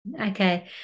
Okay